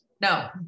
No